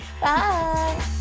Bye